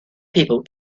people